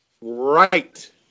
right